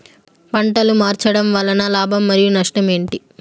పంటలు మార్చడం వలన లాభం మరియు నష్టం ఏంటి